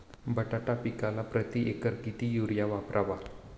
बटाटा पिकाला प्रती एकर किती युरिया वापरावा?